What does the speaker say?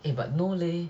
eh but no leh